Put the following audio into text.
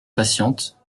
patiente